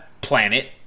planet